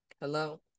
Hello